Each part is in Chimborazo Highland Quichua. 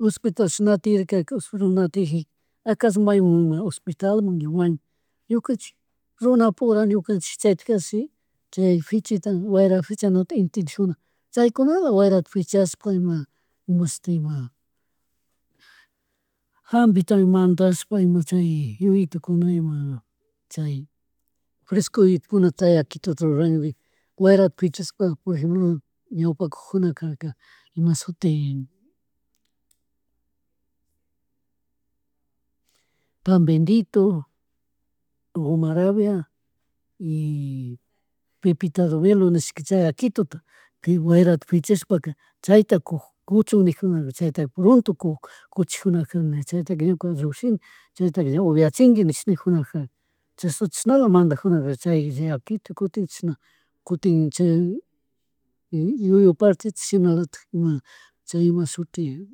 Hospitalpish na tiyarkaka, hopital na tiyajika akallo maymun hospitalmun ña maymun ñukanchik runapura chaytik kashi chay pichita wayra fichanata entendijuna chaykunala wayrayta fichashpa ima mashti ima, hapinta mandashpa ima chay yuyitukuna ima chay fresko yuyukunata yakituta rurana, wayrata pichashpa ñawpakujunaka imashuti pan bendito o malabia y pepitas de velo nishka chay yakituta wayrata fichashpa chayta kug kuchun nijunaka chayta pronto kug kuchijunakana chaytaka ñuka llushini chaytaka upiachingui nish nijukarka chasna chasnala madajuna chay yakitu, kutin chishna kutin chay yuyu parte chishnalatik ima chay imashuti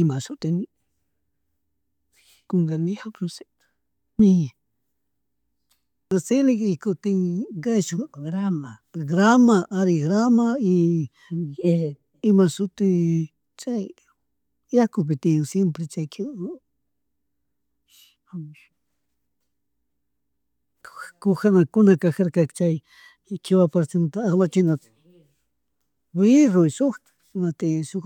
imashutimi, noseg, kungarini diosito, chilik y kutin kayshuk grama, grama ari grama y imashuti chay yakupi tiyan siempre chay kiwaka, kujana, kunakajarkaka chay quiwa partemanta armachinata berro, shutitk imatik, shuk.